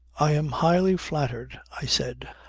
i am highly flattered, i said.